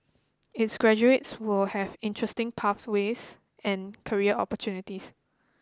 its graduates will have interesting pathways and career opportunities